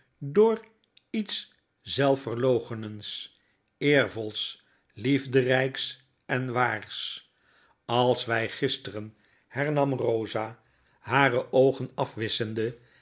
door iets zelfverloochenends eervols liefderyks en waars als wij gisteren hernam bosa hare oogen afwisschende